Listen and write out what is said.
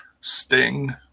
Sting